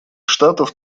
штатов